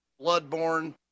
Bloodborne